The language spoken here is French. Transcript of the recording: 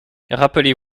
rappelez